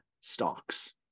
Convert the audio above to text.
stocks